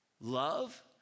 Love